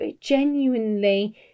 genuinely